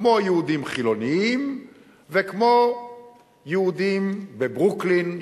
כמו יהודים חילונים וכמו יהודים חרדים בברוקלין,